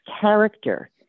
character